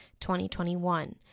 2021